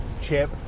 Chip